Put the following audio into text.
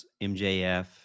MJF